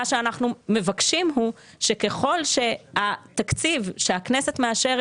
מה שאנחנו מבקשים הוא שככל שהתקציב שהכנסת מאשרת